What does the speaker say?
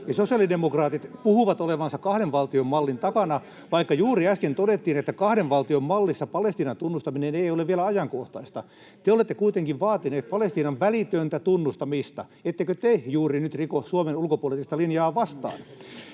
sosiaalidemokraatit puhuvat olevansa kahden valtion mallin takana, vaikka juuri äsken todettiin, että kahden valtion mallissa Palestiinan tunnustaminen ei ole vielä ajankohtaista. Te olette kuitenkin vaatineet Palestiinan välitöntä tunnustamista. Ettekö juuri te nyt riko Suomen ulkopoliittista linjaa vastaan?